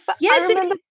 yes